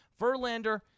Verlander